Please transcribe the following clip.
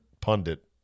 pundit